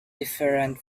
different